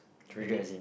and it